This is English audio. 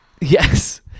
yes